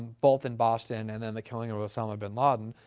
both in boston and then the killing of osama bin laden,